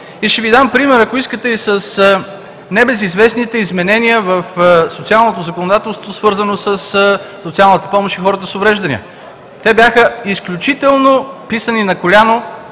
Ще Ви дам пример, ако искате, и с небезизвестните изменения в социалното законодателство, свързано със социалната помощ на хората с увреждания. Те бяха изключително писани на коляно